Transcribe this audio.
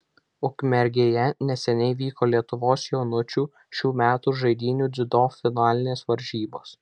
ukmergėje neseniai vyko lietuvos jaunučių šių metų žaidynių dziudo finalinės varžybos